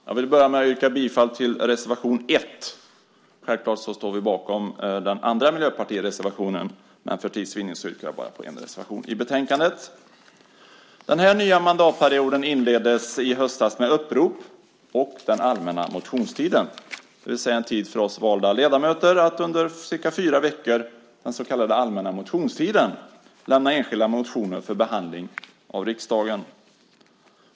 Herr talman! Jag vill börja med att yrka bifall till reservation 1. Självklart står vi bakom den andra Miljöpartireservationen, men för tids vinnande yrkar jag bara bifall till en reservation i betänkandet. Den här nya mandatperioden inleddes i höstas med upprop och den allmänna motionstiden, det vill säga en tid för oss valda ledamöter att under cirka fyra veckor, den så kallade allmänna motionstiden, lämna enskilda motioner för behandling av riksdagen.